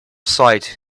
sight